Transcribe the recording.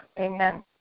Amen